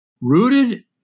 rooted